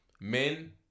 men